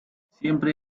siempre